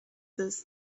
this